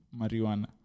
marijuana